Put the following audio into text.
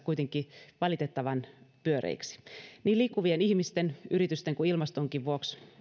kuitenkin valitettavan pyöreiksi niin liikkuvien ihmisten yritysten kuin ilmastonkin vuoksi